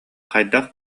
хайдах